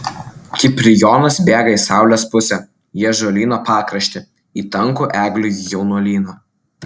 kiprijonas bėga į saulės pusę į ąžuolyno pakraštį į tankų eglių jaunuolyną